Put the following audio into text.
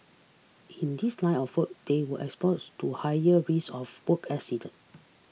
in this line of work they are exposed to higher risk of work accident